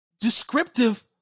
descriptive